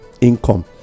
income